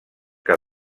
que